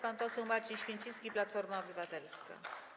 Pan poseł Marcin Święcicki, Platforma Obywatelska.